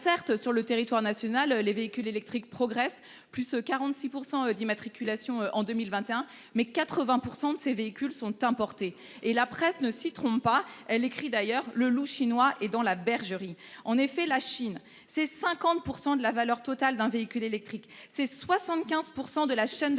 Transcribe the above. certes sur le territoire national, les véhicules électriques progressent, plus 46% d'immatriculations en 2021, mais 80% de ces véhicules sont importés et la presse ne s'y trompe pas, elle écrit d'ailleurs le loup chinois est dans la bergerie en effet la Chine c'est 50% de la valeur totale d'un véhicule électrique c'est 75% de la chaîne de valeur